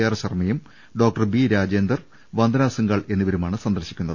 R ശർമ്മയും doctor B Rajender Vandana Singhal എന്നിവരുമാണ് സന്ദർശിക്കുന്നത്